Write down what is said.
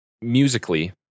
musically